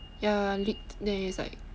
ya leak then is like